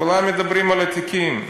כולם מדברים על התיקים.